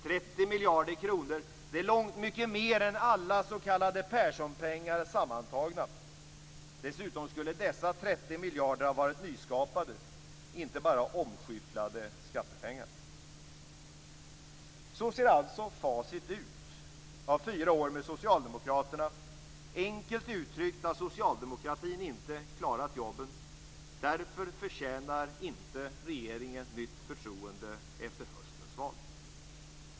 30 miljarder kronor är långt mycket mer än alla s.k. Perssonpengar sammantagna. Dessutom skulle dessa 30 miljarder ha varit nyskapade, inte bara omskyfflade skattepengar. Så ser alltså facit ut av fyra år med Socialdemokraterna. Enkelt uttryckt har socialdemokratin inte klarat jobben. Därför förtjänar regeringen inte nytt förtroende efter höstens val.